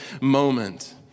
moment